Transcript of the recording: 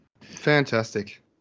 Fantastic